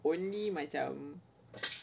only macam